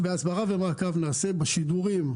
הסברה ומעקב נעשה בשידורים.